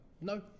no